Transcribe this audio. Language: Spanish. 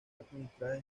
administradas